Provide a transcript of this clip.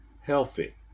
healthy